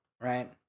Right